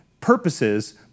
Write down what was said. purposes